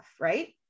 right